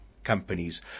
companies